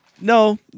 no